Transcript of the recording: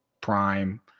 prime